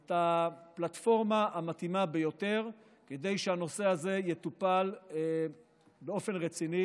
את הפלטפורמה המתאימה ביותר כדי שהנושא הזה יטופל באופן רציני.